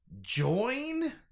join